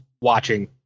watching